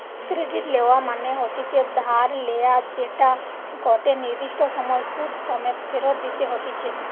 credit লেওয়া মনে হতিছে ধার লেয়া যেটা গটে নির্দিষ্ট সময় সুধ সমেত ফেরত দিতে হতিছে